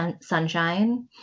Sunshine